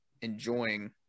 enjoying